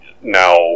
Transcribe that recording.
now